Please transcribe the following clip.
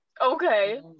okay